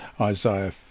Isaiah